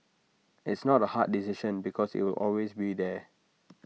it's not A hard decision because IT will always be there